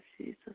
Jesus